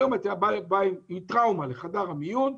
היום את באה עם טראומה לחדר המיון,